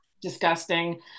disgusting